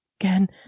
again